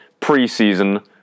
preseason